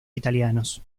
italianos